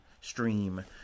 stream